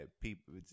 people